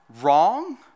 wrong